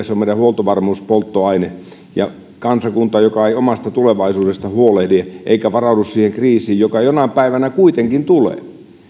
se on meidän huoltovarmuuspolttoaine kansakunta joka ei omasta tulevaisuudestaan huolehdi eikä varaudu siihen kriisiin joka jonain päivänä kuitenkin tulee